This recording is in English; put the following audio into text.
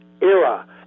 era